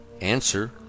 Answer